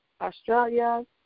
Australia